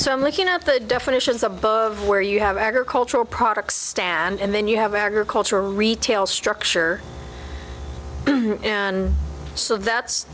so i'm looking up the definitions above where you have agricultural products stand and then you have agriculture retail structure and so that's